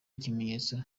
ikimenyetso